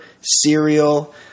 cereal